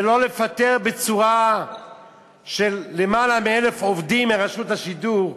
ולא לפטר יותר מ-1,000 עובדים מרשות השידור,